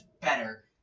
better